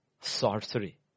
sorcery